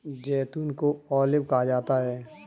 जैतून को ऑलिव कहा जाता है